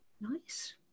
Nice